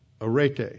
arete